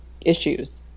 issues